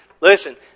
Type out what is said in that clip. Listen